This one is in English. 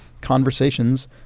conversations